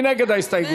מי נגד ההסתייגות?